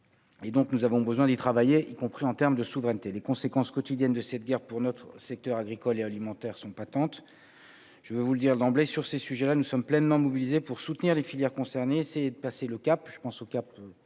et donc nous avons besoin d'y travailler, y compris en termes de souveraineté les conséquences quotidiennes de cette guerre pour notre secteur agricole et alimentaire sont patentes. Je vais vous le dire d'emblée sur ces sujets là nous sommes pleinement mobilisés pour soutenir les filières concernées, c'est de passer le cap, je pense au cap